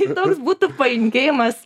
toks būtų palinkėjimas